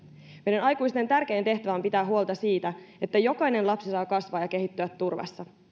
meidän aikuisten tärkein tehtävä on pitää huolta siitä että jokainen lapsi saa kasvaa ja kehittyä turvassa